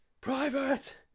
Private